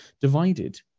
divided